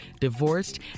divorced